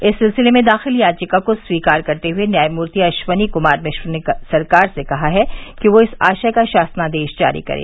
इस सिलसिले में दाखिल याचिका को स्वीकार करते हए न्यायमूर्ति अश्वनी कुमार मिश्र ने सरकार से कहा है कि वह इस आशय का शासनादेश जारी करे